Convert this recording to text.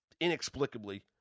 inexplicably